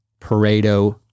Pareto